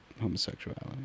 homosexuality